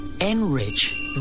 enrich